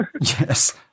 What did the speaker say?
Yes